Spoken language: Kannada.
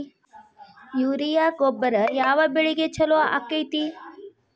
ಯೂರಿಯಾ ಗೊಬ್ಬರ ಯಾವ ಬೆಳಿಗೆ ಛಲೋ ಆಕ್ಕೆತಿ?